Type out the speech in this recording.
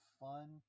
fun